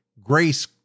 Grace